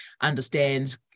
understand